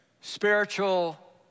spiritual